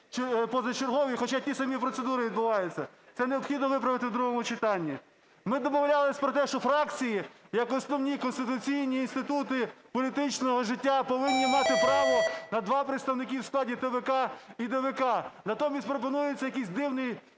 позачергові, хоча ті самі процедури відбуваються. Це необхідно виправити у другому читанні. Ми домовлялися про те, що фракції як основні конституційні інститути політичного життя повинні мати право на два представника у складі ТВК і ДВК. Натомість пропонується якийсь дивний